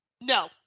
No